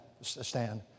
stand